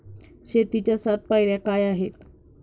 शेतीच्या सात पायऱ्या काय आहेत?